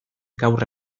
gaur